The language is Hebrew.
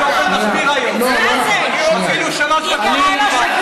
לו "שקרן".